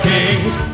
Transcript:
Kings